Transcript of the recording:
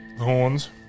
horns